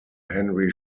henry